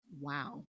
Wow